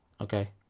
okay